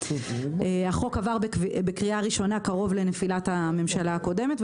החוק עבר בקריאה ראשונה קרוב לנפילת הממשלה הקודמת,